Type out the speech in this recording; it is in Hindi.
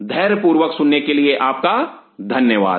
धैर्य पूर्वक सुनने के लिए आपका धन्यवाद